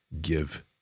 give